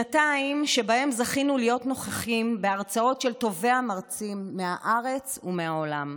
שנתיים שבהן זכינו להיות נוכחים בהרצאות של טובי המרצים מהארץ ומהעולם,